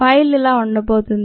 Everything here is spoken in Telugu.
ఫైల్ ఇలా ఉండబోతుంది